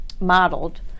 modeled